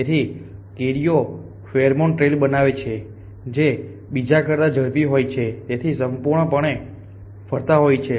તેથી કીડી pheromone trail બનાવે છે જે બીજા કરતાં ઝડપી હોય છે જે સંપૂર્ણપણે ફરતા હોય છે